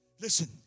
Listen